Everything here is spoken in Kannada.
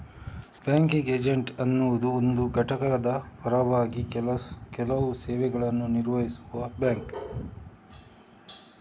ಬ್ಯಾಂಕಿಂಗ್ ಏಜೆಂಟ್ ಅನ್ನುದು ಒಂದು ಘಟಕದ ಪರವಾಗಿ ಕೆಲವು ಸೇವೆಗಳನ್ನ ನಿರ್ವಹಿಸುವ ಬ್ಯಾಂಕ್